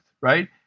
right